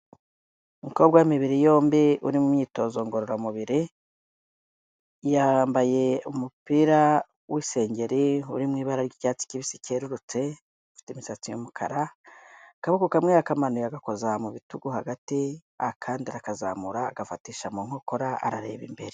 Umukobwa w'imibiri yombi uri mu myitozo ngororamubiri, yambaye umupira w'isengeri uri mu ibara ry'icyatsi kibisi cyerurutse, afite imisatsi yumukara, akaboko kamwe yakamanuye agakoza mu bitugu hagati, akandi akazamura agafatisha mu nkokora arareba imbere.